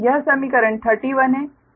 यह समीकरण 31 है